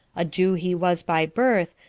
a jew he was by birth,